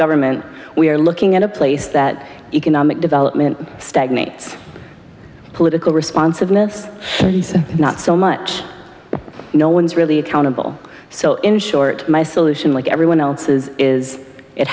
government we are looking at a place that economic development stagnates political responsiveness not so much no one's really accountable so in short my solution like everyone else's is it